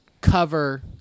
cover